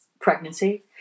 pregnancy